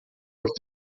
doch